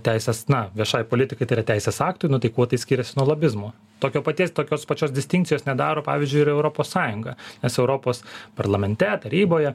teisės na viešai politikai tai yra teisės aktui nu tai kuo tai skiriasi nuo lobizmo tokio paties tokios pačios distinkcijos nedaro pavyzdžiui ir europos sąjunga nes europos parlamente taryboje